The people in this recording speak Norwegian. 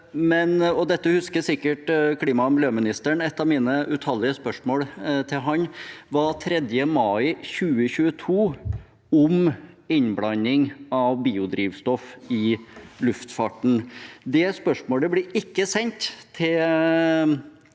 Dette husker sikkert klima- og miljøministeren: Et av mine utallige spørsmål til ham den 3. mai 2022 var om innblanding av biodrivstoff i luftfarten. Det spørsmålet ble ikke sendt til